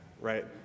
right